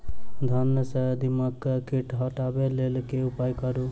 धान सँ दीमक कीट हटाबै लेल केँ उपाय करु?